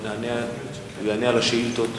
הוא יענה על השאילתות